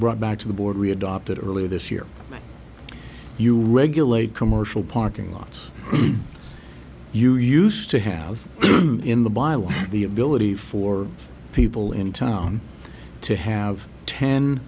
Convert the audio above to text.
brought back to the board readopted earlier this year you regulate commercial parking lots you used to have in the by law the ability for people in town to have ten